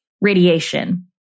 radiation